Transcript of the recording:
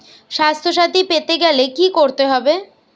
স্বাস্থসাথী পেতে গেলে কি করতে হবে?